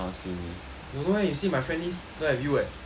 don't know leh you see my friend list don't have you eh